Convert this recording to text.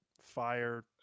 fire